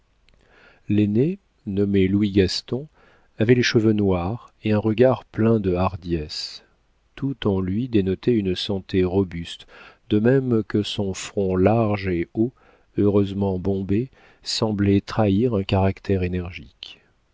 l'aîné nommé louis gaston avait les cheveux noirs et un regard plein de hardiesse tout en lui dénotait une santé robuste de même que son front large et haut heureusement bombé semblait trahir un caractère énergique